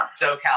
SoCal